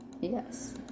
Yes